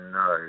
no